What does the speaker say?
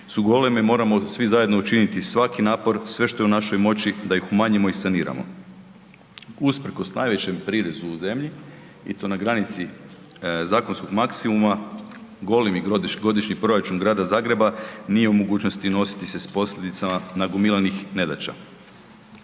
su goleme, moramo svi zajedno učiniti svaki napor, sve što je u našoj moći da ih umanjimo i saniramo. Usprkos najvećem prirezu u zemlji i to na granici zakonskog maksimuma, golemi godišnji proračun Grada Zagreba nije u mogućnosti nositi se s posljedicama nagomilanih nedaća.